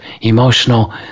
emotional